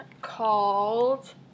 called